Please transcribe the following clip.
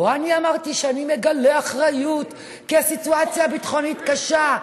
לא אני אמרתי ש"אני מגלה אחריות כי הסיטואציה הביטחונית קשה"